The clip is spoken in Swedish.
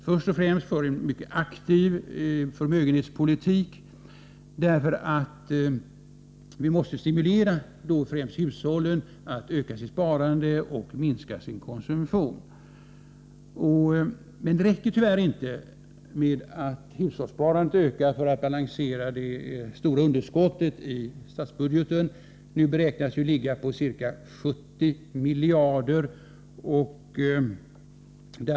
Först och främst är vi för en mycket aktiv förmögenhetspolitik, därför att vi anser det nödvändigt att stimulera främst hushållen att öka sitt sparande och minska sin konsumtion. Men det räcker tyvärr inte att hushållssparandet ökar för att man skall kunna balansera det stora underskottet i statsbudgeten; detta beräknas nu ligga på ca 70 miljarder.